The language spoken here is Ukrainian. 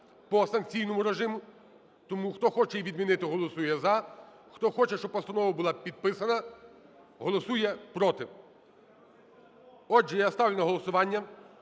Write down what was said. по санкційному режиму. Тому, хто хоче її відмінити, голосує "за", хто хоче, щоб постанова була підписана, голосує "проти". Отже, я ставлю на голосування